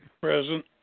Present